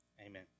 Amen